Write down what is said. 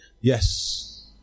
yes